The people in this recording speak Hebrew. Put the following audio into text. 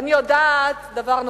ואני יודעת דבר נוסף,